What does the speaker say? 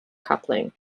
coupling